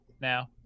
now